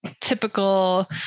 typical